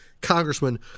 Congressman